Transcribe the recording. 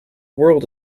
world